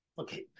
Okay